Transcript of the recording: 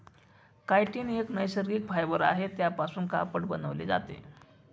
chitin एक नैसर्गिक fibre आहे त्यापासून कापड बनवले जाते